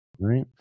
right